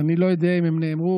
אני לא יודע אם הם נאמרו